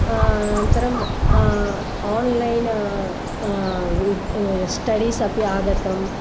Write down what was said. अनन्तरम् online studies अपि आगतम्